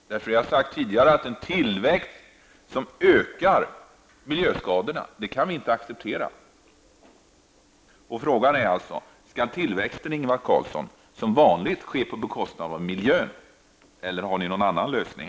Vi har tidigare sagt att vi inte kan acceptera en tillväxt som ökar miljöskadorna. Frågan till Ingvar Carlsson är alltså: Skall tillväxten som vanligt ske på bekostnad av miljön eller har ni någon annan lösning?